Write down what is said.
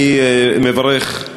אני מברך,